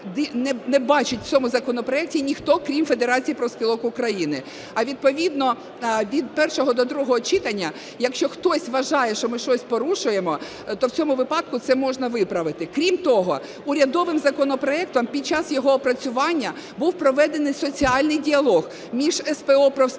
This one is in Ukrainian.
не бачить в цьому законопроекті ніхто, крім Федерації профспілок України, а відповідно від першого до другого читання, якщо хтось вважає, що ми щось порушуємо, то в цьому випадку це можна виправити. Крім того, урядовим законопроектом під час його опрацювання був проведений соціальний діалог між СПО профспілок,